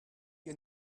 you